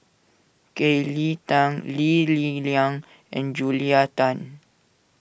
Kelly Tang Lee Li Lian and Julia Tan